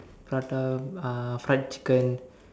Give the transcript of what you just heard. prata uh fried chicken